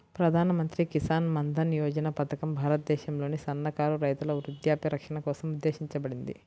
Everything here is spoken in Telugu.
ప్రధాన్ మంత్రి కిసాన్ మన్ధన్ యోజన పథకం భారతదేశంలోని సన్నకారు రైతుల వృద్ధాప్య రక్షణ కోసం ఉద్దేశించబడింది